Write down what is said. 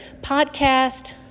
podcast